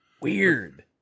weird